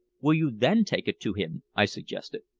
will you then take it to him? i suggested.